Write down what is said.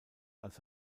als